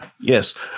Yes